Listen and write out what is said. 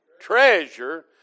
treasure